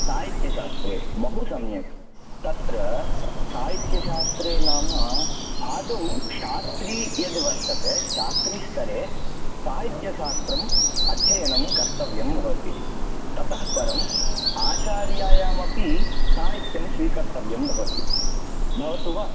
साहित्यशास्त्रे बहु सम्यक् तत्र साहित्यशास्त्रे नाम आदौ शास्त्री यद् वर्तते शास्त्री स्तरे साहित्यशास्त्रं अध्ययनं कर्तव्यं भवति ततः परम् आचार्यायामपि साहित्यं स्वीकर्तव्यं भवति भवतु वा